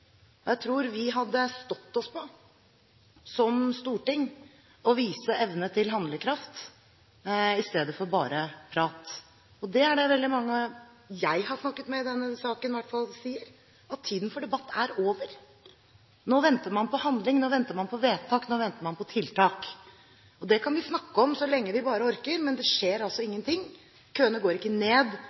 om. Jeg tror vi hadde stått oss på som storting å vise evne til handlekraft i stedet for bare prat. Det er i hvert fall det veldig mange jeg har snakket med i denne saken, sier, at tiden for debatt er over. Nå venter man på handling, nå venter man på vedtak, nå venter man på tiltak. Det kan vi snakke om så lenge vi bare orker, men det skjer ingenting. Køene går ikke ned